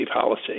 policy